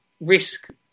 risk